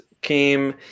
came